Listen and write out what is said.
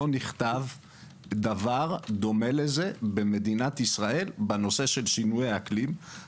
לא נכתב דבר דומה לזה בנושא שינויי האקלים במדינת ישראל.